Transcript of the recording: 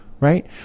Right